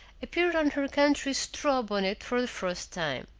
appeared on her country straw bonnet for the first time.